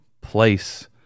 place